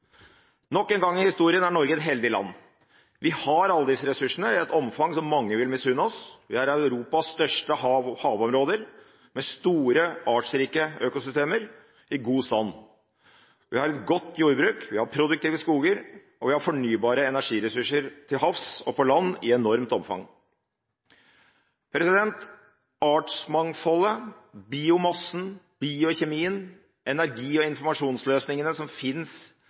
Nok en gang i historien er Norge et heldig land. Vi har alle disse ressursene i et omfang som mange vil misunne oss. Vi har Europas største havområder med store artsrike økosystemer i god stand, vi har et godt jordbruk, vi har produktive skoger, og vi har fornybare energiressurser til havs og på land i et enormt omfang. Artsmangfoldet, biomassen, biokjemien, energi- og informasjonsløsningene som finnes